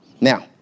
Now